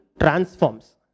transforms